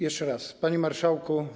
Jeszcze raz: Panie Marszałku!